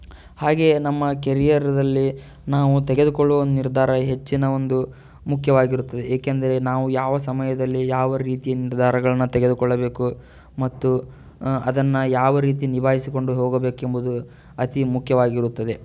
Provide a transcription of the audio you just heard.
ಹಾಗೆಯೇ ನಮ್ಮ ಕೆರಿಯರಲ್ಲಿ ನಾವು ತೆಗೆದುಕೊಳ್ಳುವ ನಿರ್ಧಾರ ಹೆಚ್ಚಿನ ಒಂದು ಮುಖ್ಯವಾಗಿರುತ್ತದೆ ಏಕೆಂದರೆ ನಾವು ಯಾವ ಸಮಯದಲ್ಲಿ ಯಾವ ರೀತಿ ನಿರ್ಧಾರಗಳನ್ನು ತೆಗೆದುಕೊಳ್ಳಬೇಕು ಮತ್ತು ಅದನ್ನು ಯಾವ ರೀತಿ ನಿಭಾಯಿಸಿಕೊಂಡು ಹೋಗಬೇಕೆಂಬುದು ಅತಿ ಮುಖ್ಯವಾಗಿರುತ್ತದೆ